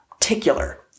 particular